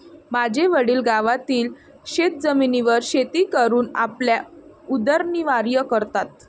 माझे वडील गावातील शेतजमिनीवर शेती करून आपला उदरनिर्वाह करतात